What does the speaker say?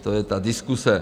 To je ta diskuse.